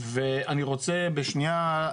אנחנו יודעים לקחת את הפסולת הזאת ולהחזיר אותה לסביבה.